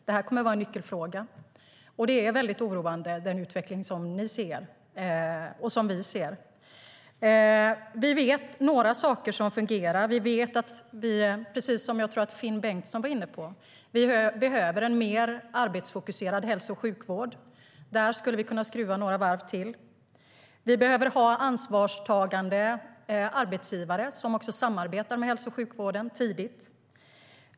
Det här kommer att vara en nyckelfråga, och den utveckling som ni och även vi ser är mycket oroande. Vi behöver ansvarstagande arbetsgivare som också samarbetar med hälso och sjukvården tidigt.